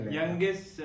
Youngest